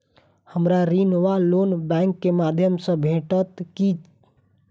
हमरा ऋण वा लोन बैंक केँ माध्यम सँ भेटत की?